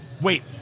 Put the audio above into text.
wait